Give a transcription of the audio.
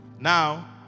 now